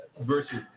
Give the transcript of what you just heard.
versus